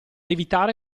evitare